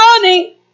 money